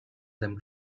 them